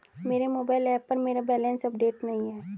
मेरे mobile app पर मेरा बैलेंस अपडेट नहीं है